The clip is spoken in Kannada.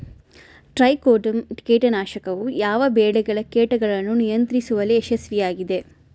ಟ್ರೈಕೋಡರ್ಮಾ ಕೇಟನಾಶಕವು ಯಾವ ಬೆಳೆಗಳ ಕೇಟಗಳನ್ನು ನಿಯಂತ್ರಿಸುವಲ್ಲಿ ಯಶಸ್ವಿಯಾಗಿದೆ?